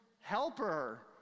helper